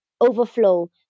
Overflow